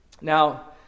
Now